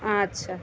আচ্ছা